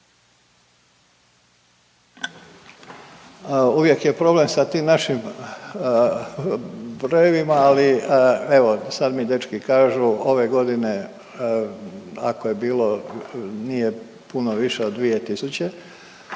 Uvijek je problem sa tim našim brojevima, ali evo sad mi dečki kažu ove godine ako je bilo nije puno više od 2